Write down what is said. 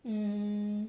mm